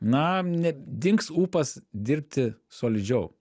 na ne dings ūpas dirbti solidžiau